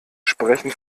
sprechen